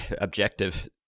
objective